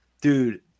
Dude